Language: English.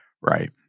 Right